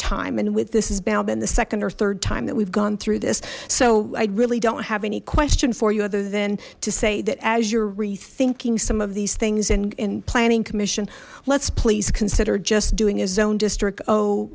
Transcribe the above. time and with this is now then the second or third time that we've gone through this so i really don't have any question for you other than to say that as you're rethinking some of these things and planning commission let's please consider just doing a zone district oh